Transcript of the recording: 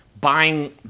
buying